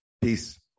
Peace